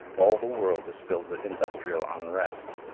all the world is filled with industrial unrest.